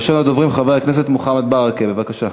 ראשון הדוברים, חבר הכנסת מוחמד ברכה, בבקשה.